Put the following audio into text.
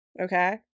Okay